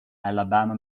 alabama